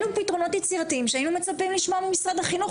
אלו פתרונות יצירתיים שהיינו מצפים לשמוע ממשרד החינוך,